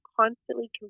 constantly